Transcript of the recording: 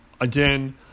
again